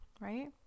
Right